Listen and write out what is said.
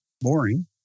boring